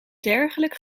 dergelijk